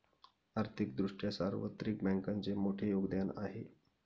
आर्थिक दृष्ट्या सार्वत्रिक बँकांचे मोठे योगदान आहे